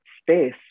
space